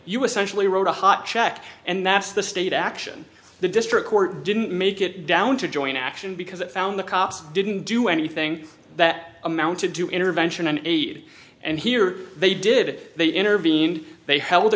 you essentially wrote a hot check and that's the state action the district court didn't make it down to joint action because it found the cops didn't do anything that amount to do intervention an aid and here they did they intervened they held a